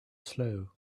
slow